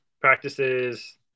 practices